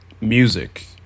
music